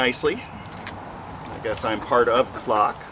nicely i guess i'm part of the flock